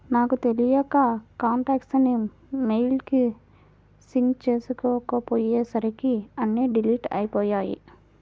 నాకు తెలియక కాంటాక్ట్స్ ని మెయిల్ కి సింక్ చేసుకోపొయ్యేసరికి అన్నీ డిలీట్ అయ్యిపొయ్యాయి